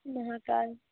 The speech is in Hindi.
महाकाल